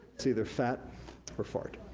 it's either fat or fart.